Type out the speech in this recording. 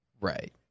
Right